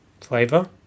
flavor